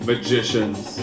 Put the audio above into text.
Magicians